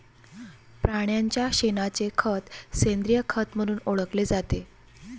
प्राण्यांच्या शेणाचे खत सेंद्रिय खत म्हणून ओळखले जाते